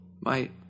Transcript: My—